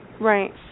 Right